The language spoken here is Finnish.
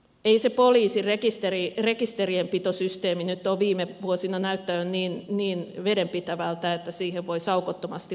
ei se poliisin rekisterienpitosysteemi nyt ole viime vuosina näyttänyt niin vedenpitävältä että siihen voisi aukottomasti luottaa